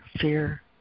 fear